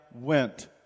went